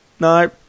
No